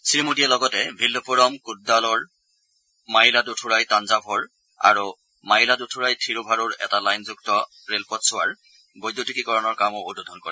শ্ৰীমোদীয়ে লগতে বিল্লুপুৰম কুড্ডাল'ৰ মায়িলাদুথুৰাই তাঞ্জাভৰ আৰু মায়িলাদুথুৰাই থিৰুভাৰুৰ এটা লাইনযুক্ত ৰেলপথ ছোৱাৰ বৈদ্যুতিকীকৰণৰ কামো উদ্বোধন কৰে